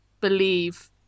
believe